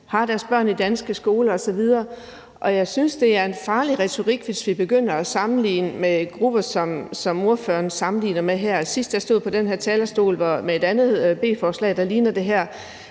har deres børn i danske skoler osv. Jeg synes, det er en farlig retorik, hvis vi begynder at sammenligne dem med grupper, som ordføreren sammenligner med her. Sidst jeg stod på den her talerstol i forbindelse med et andet beslutningsforslag, der ligner det her,